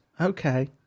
Okay